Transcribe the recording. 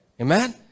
Amen